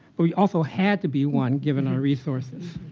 but we also had to be one given our resources.